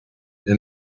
wir